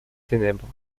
ténèbres